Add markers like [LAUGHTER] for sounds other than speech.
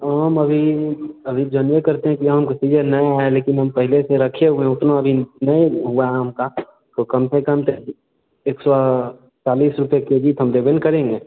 आम अभी अभी जनवे करते हैं कि आम का सीजन नहीं आया है लेकिन हम पहले से रखे हुए हैं उतना दिन नहीं हुआ आम का तो कम से कम [UNINTELLIGIBLE] एक सौ चालीस रुपये के जी तो हम देबे ना करेंगे